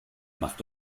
macht